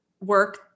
work